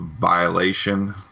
Violation